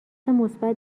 مثبت